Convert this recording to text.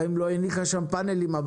גם אם לא הניח שם פאנלים.